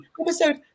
Episode